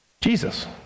Jesus